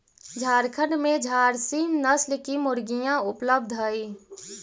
झारखण्ड में झारसीम नस्ल की मुर्गियाँ उपलब्ध हई